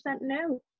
no